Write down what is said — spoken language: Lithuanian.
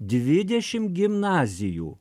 dvidešim gimnazijų